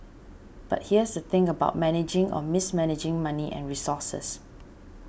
but here's the thing about managing or mismanaging money and resources